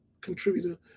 contributor